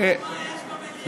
איזו דוגמה יש במליאה?